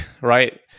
right